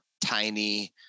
tiny